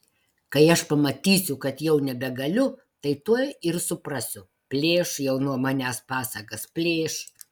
kai aš pamatysiu kad jau nebegaliu tai tuoj ir suprasiu plėš jau nuo manęs pasagas plėš